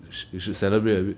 we should celebrate a bit